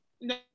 No